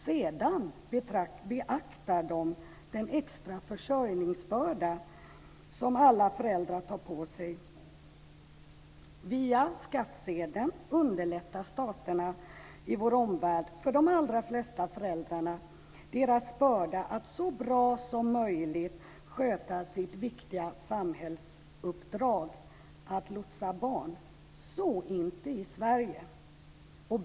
Sedan beaktar de den extra försörjningsbörda som alla föräldrar tar på sig. Via skattsedeln underlättar staterna i vår omvärld för de allra flesta föräldrar deras börda att så bra som möjligt sköta sitt viktiga samhällsuppdrag, att lotsa barn. Så är det inte i Sverige.